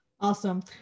Awesome